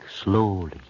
slowly